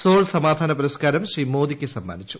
soul സമാധാന പുരസ്ക്കാരം ശ്രീമോദിക്ക് സമ്മാനിച്ചു